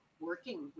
working